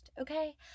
okay